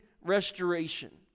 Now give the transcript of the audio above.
restoration